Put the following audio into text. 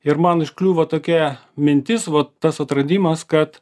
ir man užkliuvo tokia mintis vat tas atradimas kad